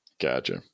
gotcha